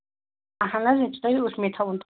اَہن حظ یہِ چھُ تۄہہِ ٲٹھۍ می تھاوُن